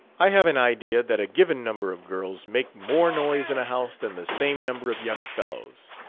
i have an idea that a given number of girls make more noise in a house than the same number of young fellows.